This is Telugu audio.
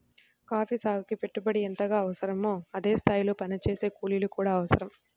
కాఫీ సాగుకి పెట్టుబడి ఎంతగా అవసరమో అదే స్థాయిలో పనిచేసే కూలీలు కూడా అవసరం